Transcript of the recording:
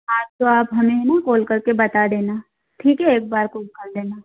हाँ तो आप हमें है ना कॉल कर के बता देना ठीक है एक बार कॉल कर लेना